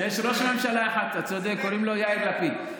יש ראש ממשלה אחד, אתה צודק, קוראים לו יאיר לפיד.